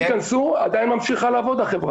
אם תיכנסו, עדיין ממשיכה החברה לעבוד.